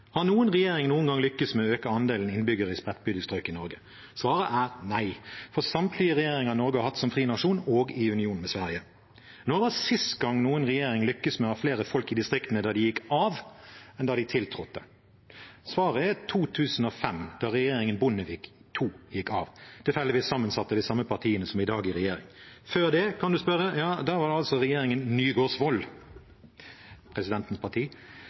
Har noen regjering noen gang lyktes med å øke andelen innbyggere i spredtbygde strøk i Norge? Svaret er nei for samtlige regjeringer Norge har hatt som fri nasjon – og i union med Sverige. Når var sist gang noen regjering lyktes med å ha flere folk i distriktene da de gikk av, enn da de tiltrådte? Svaret er 2005, da Bondevik II-regjeringen gikk av – tilfeldigvis sammensatt av de samme partiene som i dag er i regjering. Før det da, kan en spørre. Da var det regjeringen Nygaardsvold, presidentens parti,